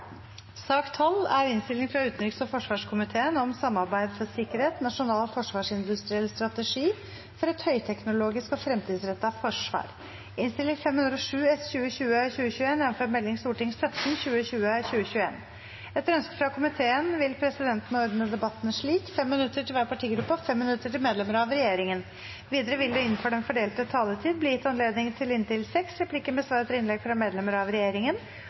forsvarskomiteen vil presidenten ordne debatten slik: 5 minutter til hver partigruppe og 5 minutter til medlemmer av regjeringen. Videre vil det – innenfor den fordelte taletid – bli gitt anledning til inntil seks replikker med svar etter innlegg fra medlemmer av regjeringen,